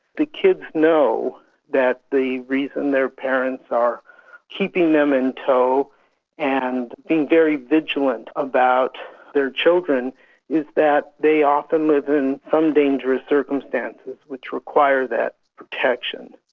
the kids know that the reason their parents are keeping them in tow and being very vigilant about their children is that they often live in some dangerous circumstances which require that protection.